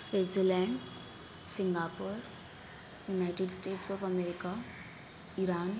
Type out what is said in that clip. Switzerland Singapore United States of America Iran